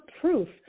proof